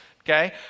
Okay